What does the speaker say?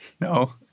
No